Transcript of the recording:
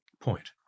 point